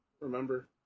remember